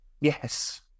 Yes